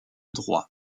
droit